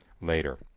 later